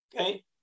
Okay